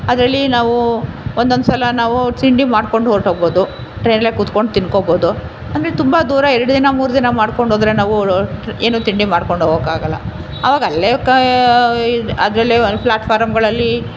ಅದರಲ್ಲಿ ನಾವು ಒಂದೊಂದ್ಸಲ ನಾವು ತಿಂಡಿ ಮಾಡ್ಕೊಂಡು ಹೊರ್ಟೋಗ್ಬೋದು ಟ್ರೈನಲ್ಲೆ ಕುತ್ಕೊಂಡು ತಿಂದ್ಕೊಳ್ಬೋದು ಅಂದರೆ ತುಂಬ ದೂರ ಎರಡು ದಿನ ಮೂರು ದಿನ ಮಾಡ್ಕೊಂಡೋದರೆ ನಾವು ಏನು ತಿಂಡಿ ಮಾಡ್ಕೊಂಡು ಹೋಗೋಕ್ಕಾಗಲ್ಲ ಅವಾಗ ಅಲ್ಲೆ ಕ ಇದು ಅದರಲ್ಲೆ ಒಂದು ಫ್ಲಾಟ್ ಫಾರಮ್ಗಳಲ್ಲಿ